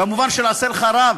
במובן של "עשה לך רב",